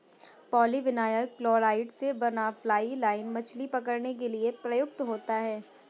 polyvinyl chloride से बना fly line मछली पकड़ने के लिए प्रयुक्त होता है